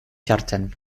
sartzen